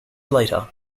later